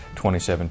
2017